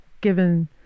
given